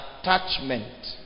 attachment